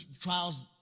trials